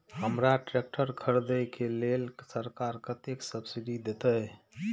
हमरा ट्रैक्टर खरदे के लेल सरकार कतेक सब्सीडी देते?